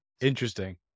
Interesting